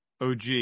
OG